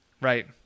right